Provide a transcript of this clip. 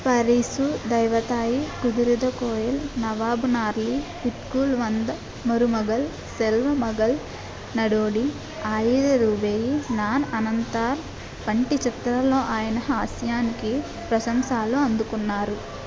పరిసు దైవ తాయి కుదిరుధ కోయిల్ నవాబ్ నార్కలి వీట్టుక్కు వంద మరుమగల్ సెల్వ మగల్ నడోడి ఆయిరం రూబాయి నాన్ అన్నయితల్ వంటి చిత్రాలలో ఆయన హాస్యానికి ప్రశంసలు అందుకున్నారు